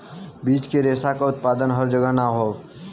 बीज के रेशा क उत्पादन हर जगह ना हौ